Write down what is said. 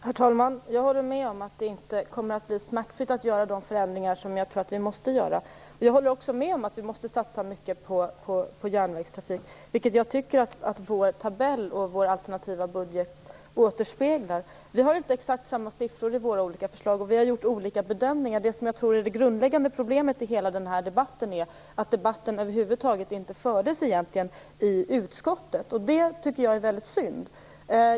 Herr talman! Jag håller med om att det inte kommer att bli smärtfritt att göra de förändringar som jag tror att vi måste göra. Jag håller också med om att vi måste satsa mycket på järnvägstrafik, vilket jag tycker att vår tabell och vår alternativa budget återspeglar. Vi har inte exakt samma siffror i våra olika förslag, och vi har gjort olika bedömningar. Det som jag tror är det grundläggande problemet i hela debatten är att debatten över huvud taget inte fördes i utskottet. Det är väldigt synd.